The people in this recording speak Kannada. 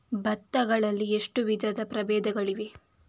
ಭತ್ತ ಗಳಲ್ಲಿ ಎಷ್ಟು ವಿಧದ ಪ್ರಬೇಧಗಳಿವೆ?